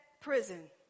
prison